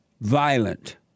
violent